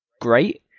great